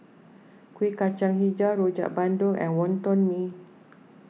Kuih Kacang HiJau Rojak Bandung and Wonton Mee